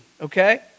Okay